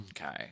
Okay